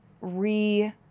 re